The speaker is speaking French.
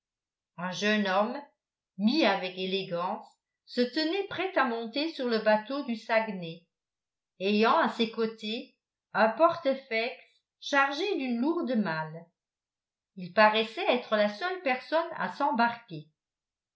un jeune homme mis avec élégance se tenait prêt à monter sur le bateau du saguenay ayant à ses côtés un porte faix chargé d'une lourde malle il paraissait être la seule personne à s'embarquer